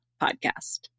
Podcast